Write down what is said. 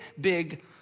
big